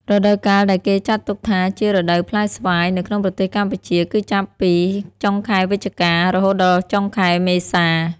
រដូវកាលដែលគេចាត់ទុកថាជា រដូវផ្លែស្វាយ នៅក្នុងប្រទេសកម្ពុជា គឺចាប់ពី ចុងខែវិច្ឆិកា រហូតដល់ចុងខែមេសា។